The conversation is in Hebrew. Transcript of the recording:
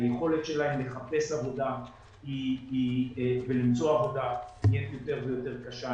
היכולת שלהם לחפש עבודה ולמצוא עבודה יותר ויותר קשה.